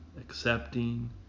accepting